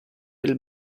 del